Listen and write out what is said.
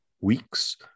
weeks